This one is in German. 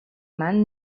mann